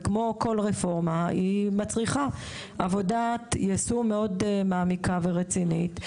וכמו כל רפורמה היא מצריכה עבודת יישום מאוד מעמיקה ורצינית,